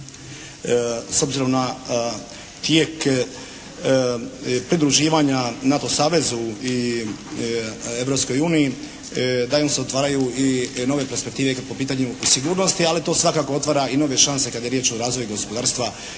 s obzirom na tijek pridruživanja NATO savezu i Europskoj uniji da im se otvaraju i nove perspektive po pitanju sigurnosti, ali to svakako otvara i nove šanse kada je riječ o razvoju gospodarstva